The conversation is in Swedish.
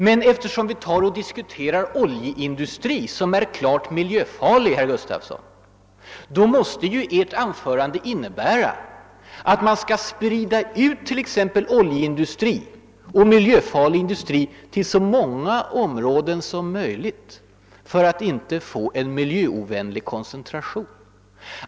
Men eftersom vi diskuterar oljeindustrin — som är klart miljöfarlig, herr Gustafsson! — måste ju Ert anförande innebära att man skall sprida ut oljeindustrin och annan miljöfarlig industri till så många områden som möjligt för att inte få en miljöovänlig koncentration.